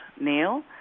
Neil